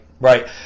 right